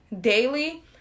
daily